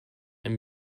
and